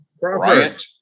Bryant